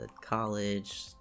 college